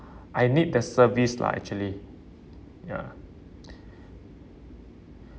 I need the service lah actually ya